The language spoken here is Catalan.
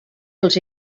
els